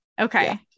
Okay